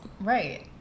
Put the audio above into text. right